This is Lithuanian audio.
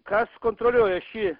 kas kontroliuoja šį